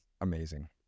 amazing